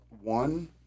one